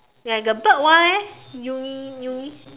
like the big one leh uni uni